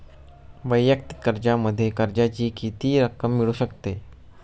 वैयक्तिक कर्जामध्ये कर्जाची किती रक्कम मिळू शकते?